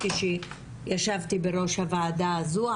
כאשר ישבתי בראש הוועדה הזו,